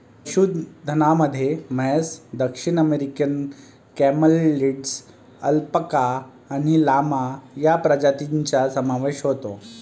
पशुधनामध्ये म्हैस, दक्षिण अमेरिकन कॅमेलिड्स, अल्पाका आणि लामा या प्रजातींचा समावेश होतो